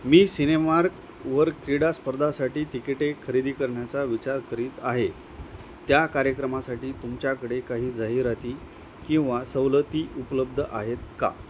मी सिनेमार्कवर क्रीडा स्पर्धासाठी तिकिटे खरेदी करण्याचा विचार करीत आहे त्या कार्यक्रमासाठी तुमच्याकडे काही जाहिराती किंवा सवलती उपलब्ध आहेत का